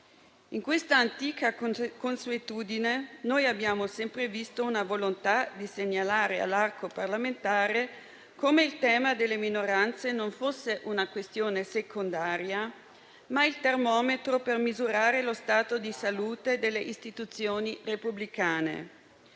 In questa antica consuetudine abbiamo sempre visto una volontà di segnalare all'arco parlamentare come il tema delle minoranze non fosse una questione secondaria, ma il termometro per misurare lo stato di salute delle istituzioni repubblicane,